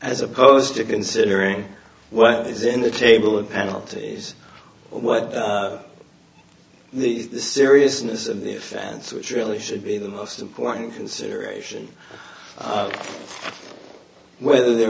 as opposed to considering what is in the table or penalties or what the seriousness of the offense which really should be the most important consideration whether there